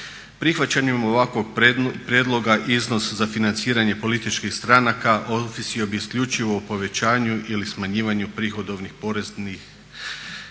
Prihvaćanjem ovakvog prijedloga iznos za financiranje političkih stranaka ovisio bi isključivo o povećanju ili smanjivanju prihodovnih poreznih